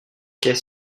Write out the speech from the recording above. qu’est